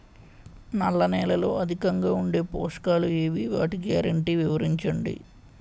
నల్ల నేలలో అధికంగా ఉండే పోషకాలు ఏవి? వాటి గ్యారంటీ వివరించండి?